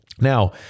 Now